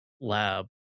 lab